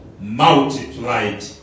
multiplied